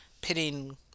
pitting